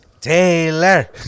Taylor